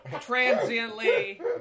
transiently